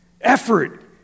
effort